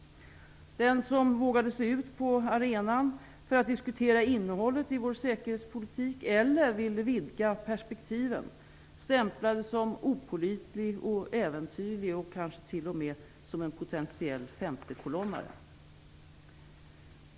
Den som vågade sig ut på arenan för att diskutera innehållet i vår säkerhetspolitik, eller ville vidga perspektiven, stämplades som opålitlig, äventyrlig och kanske t.o.m. som en potentiell femtekolonnare.